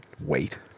wait